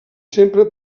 sempre